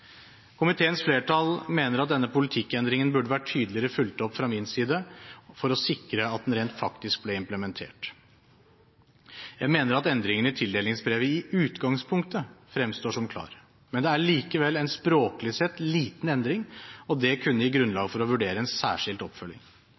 Komiteens flertall mener at denne politikkendringen burde vært tydeligere fulgt opp fra min side for å sikre at den rent faktisk ble implementert. Jeg mener at endringen i tildelingsbrevet i utgangspunktet fremstår som klar. Det er likevel en språklig sett liten endring, og det kunne gi grunnlag for å vurdere en særskilt oppfølging.